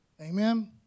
Amen